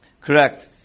Correct